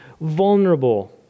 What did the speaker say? vulnerable